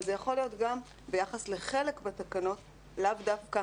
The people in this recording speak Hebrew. אבל זה יכול להיות גם ביחס לחלק בתקנות, לאו דווקא